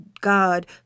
God